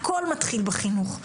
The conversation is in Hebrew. ךהכל מתחיל בחינוך.